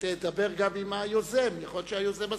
תדבר גם עם היוזם, יכול להיות שהיוזם מסכים.